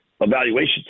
evaluation